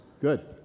Good